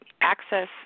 access